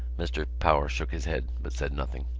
mr. power shook his head but said nothing.